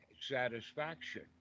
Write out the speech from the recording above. satisfaction